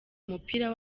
umupira